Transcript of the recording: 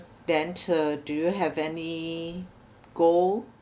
then uh do you have any goal